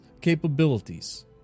capabilities